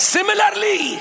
Similarly